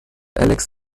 alex